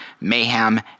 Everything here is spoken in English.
mayhem